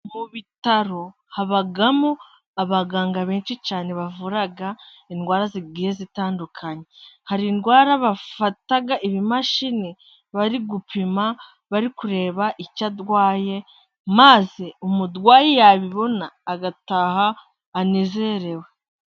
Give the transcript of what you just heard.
Mu bitaro habamo abaganga benshi cyane bavura indwara zigiye zitandukanye. Hari indwara bafata ibimashini bari gupima bari kureba icyo arwaye, maze umurwayi yabibona agataha anezerewe.